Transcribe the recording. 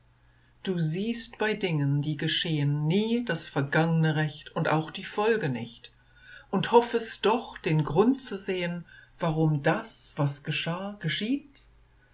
du siehst bei dingen die geschehen nie das vergangne recht und auch die folge nicht und hoffest doch den grund zu sehen warum das was geschah geschieht